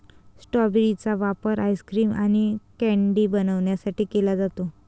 strawberry चा वापर ice cream आणि कँडी बनवण्यासाठी केला जातो